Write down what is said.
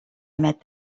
met